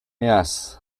yes